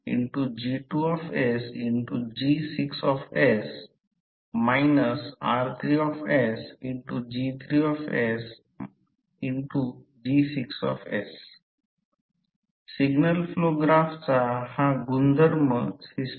म्हणून जरी H 0 असले परंतु काही रेसिडूअल मॅग्नेटिझम तेथे असेल यालाच रेसिडूअल फ्लक्स म्हणतात आणि हे रेसिडूअल फ्लक्स डेन्सिटी आहे